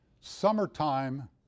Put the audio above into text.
summertime